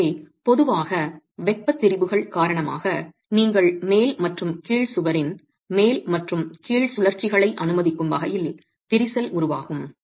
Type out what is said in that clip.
எனவே பொதுவாக வெப்ப திரிபுகள் காரணமாக நீங்கள் மேல் மற்றும் கீழ் சுவரின் மேல் மற்றும் கீழ் சுழற்சிகளை அனுமதிக்கும் வகையில் விரிசல் உருவாகும்